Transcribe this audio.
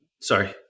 sorry